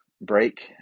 break